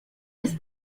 jest